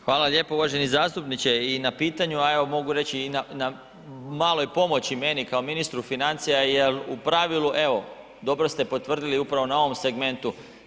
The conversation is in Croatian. Hvala lijepo uvaženi zastupniče i na pitanju a evo mogu reći i na maloj pomoći meni kao ministru financija jer u pravilu evo, dobro ste potvrdili upravo na ovom segmentu.